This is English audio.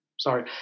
Sorry